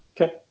Okay